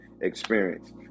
experience